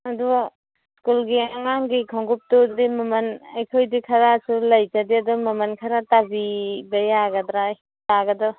ꯑꯗꯣ ꯁ꯭ꯀꯨꯜꯒꯤ ꯑꯉꯥꯡꯒꯤ ꯈꯣꯡꯎꯞꯇꯨ ꯑꯗꯨꯗꯤ ꯃꯃꯟ ꯑꯩꯈꯣꯏꯗꯤ ꯈꯔꯁꯨ ꯂꯩꯖꯗꯦ ꯑꯗꯨ ꯃꯃꯟ ꯈꯔ ꯇꯥꯕꯤꯕ ꯌꯥꯒꯗ꯭ꯔꯥ ꯇꯥꯒꯗ꯭ꯔꯥ